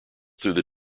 through